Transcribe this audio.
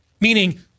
meaning